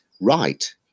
right